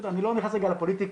אני לא נכנס לפוליטיקה,